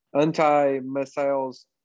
anti-missiles